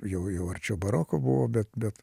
jau jau arčiau baroko buvo bet bet